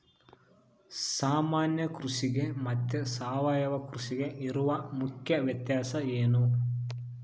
ಸಾಮಾನ್ಯ ಕೃಷಿಗೆ ಮತ್ತೆ ಸಾವಯವ ಕೃಷಿಗೆ ಇರುವ ಮುಖ್ಯ ವ್ಯತ್ಯಾಸ ಏನು?